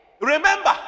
remember